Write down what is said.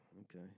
okay